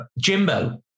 Jimbo